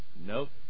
Nope